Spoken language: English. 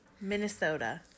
Minnesota